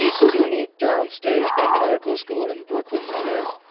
suny downstate medical school in brooklyn, new york.